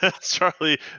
Charlie